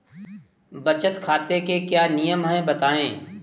बचत खाते के क्या नियम हैं बताएँ?